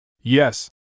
Yes